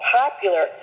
popular